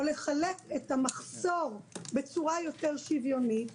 או לחלק את המחסור בצורה יותר שוויונית,